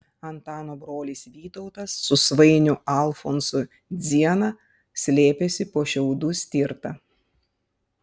antano brolis vytautas su svainiu alfonsu dziena slėpėsi po šiaudų stirta